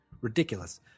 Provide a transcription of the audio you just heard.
ridiculous